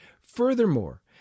Furthermore